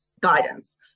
guidance